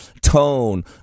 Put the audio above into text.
tone